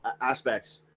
aspects